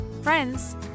friends